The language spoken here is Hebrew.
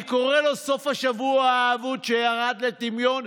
אני קורא לו סוף השבוע האבוד שירד לטמיון.